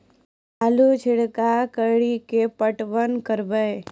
आलू छिरका कड़ी के पटवन करवा?